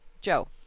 Joe